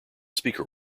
speaker